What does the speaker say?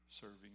serving